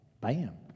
bam